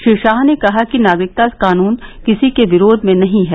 श्री ाह ने कहा कि नागरिकता कानून किसी के विरोध में नहीं है